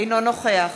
אינו נוכח